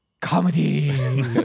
Comedy